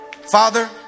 Father